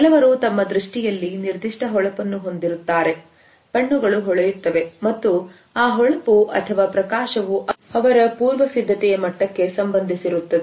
ಕೆಲವರು ತಮ್ಮ ದೃಷ್ಟಿಯಲ್ಲಿ ನಿರ್ದಿಷ್ಟ ಹೊಳಪನ್ನು ಹೊಂದಿರುತ್ತಾರೆ ಕಣ್ಣುಗಳು ಹೊಳೆಯುತ್ತವೆ ಮತ್ತು ಆ ಹೊಳಪು ಅಥವಾ ಪ್ರಕಾಶವೂ ಅವರ ಪೂರ್ವಸಿದ್ಧತೆಯ ಮಟ್ಟಕ್ಕೆ ಸಂಬಂಧಿಸಿರುತ್ತದೆ